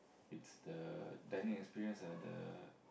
it's the dining experience ah the